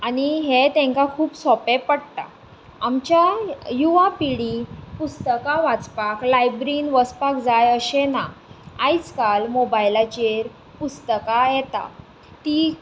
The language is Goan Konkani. आनी हें तांकां खूब सोंपें पडटा आमच्या युवा पिडी पुस्तकां वाचपाक लायब्रीन वसपाक जाय अशें ना आयजकाल मोबायलाचेर पुस्तकां येता तीं